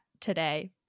today